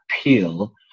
appeal